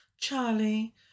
Charlie